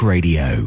Radio